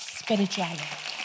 spirituality